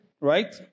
right